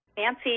Nancy